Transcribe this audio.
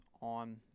on